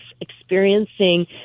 Experiencing